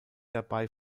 dabei